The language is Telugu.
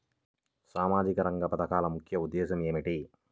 సామాజిక రంగ పథకాల ముఖ్య ఉద్దేశం ఏమిటీ?